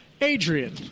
Adrian